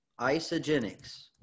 Isogenics